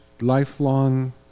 lifelong